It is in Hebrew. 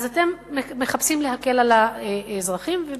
אז אתם מחפשים להקל על האזרחים, ובצדק,